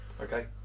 Okay